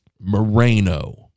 moreno